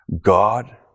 God